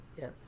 yes